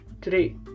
today